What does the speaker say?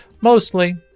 Mostly